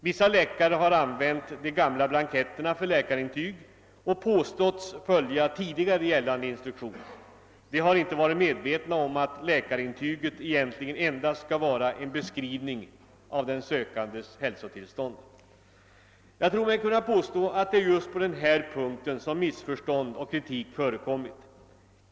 Vissa läkare har använt de gamla blanketterna för läkarintyg och påståtts följa tidigare gällande instruktion. De har inte varit medveina om att läkarintyget egentligen endast skall vara en beskrivning av den sökandes hälsotillstånd. Jag tror mig kunna påstå att det just är på denna punkt som kritik och missförstånd förekommit.